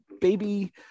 baby